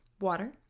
water